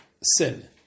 sin